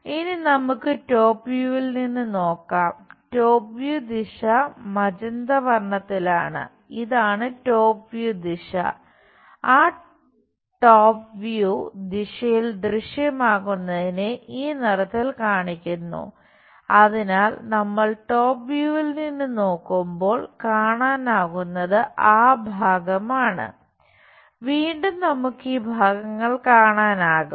ഇനി നമുക്ക് ടോപ് വ്യൂവിൽ നിന്ന് നോക്കുമ്പോൾ കാണാനാകുന്നത് ആ ഭാഗമാണ് വീണ്ടും നമുക്ക് ഈ ഭാഗങ്ങൾ കാണാനാകും